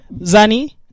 Zani